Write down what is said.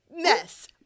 mess